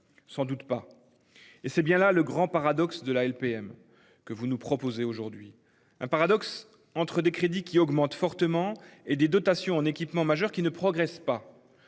Sans doute pas. Et c'est bien là le grand paradoxe de la LPM que vous nous proposez aujourd'hui un paradoxe entre des crédits qui augmentent fortement et des dotations en équipement majeur qui ne progresse pas.